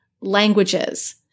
languages